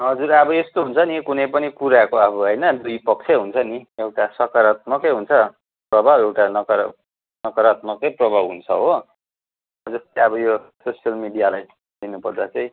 हजुर अब यस्तो हुन्छ नि कुनै पनि कुराको अब होइन दुई पक्षै हुन्छ नि एउटा सकारात्मकै हुन्छ प्रभाव एउटा नकारा नकरात्मकै प्रभाव हुन्छ हो जस्तै अब यो सोसियल मिडियालाई लिनु पर्दा चाहिँ